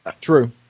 True